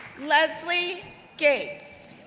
leslie gates,